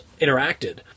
interacted